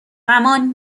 غمان